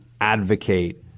advocate